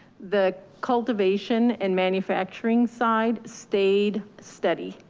the cultivation and manufacturing side, stayed steady.